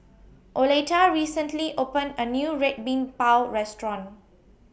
Oleta recently opened A New Red Bean Bao Restaurant